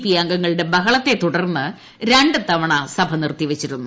P അംഗ ങ്ങളുടെ ബഹളത്തെത്തു്ട്രുന്ന് രണ്ട് തവണ സഭ നിർത്തി വച്ചിരുന്നു